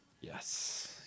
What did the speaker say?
Yes